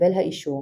התקבל האישור.